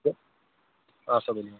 اچھا ؤلِو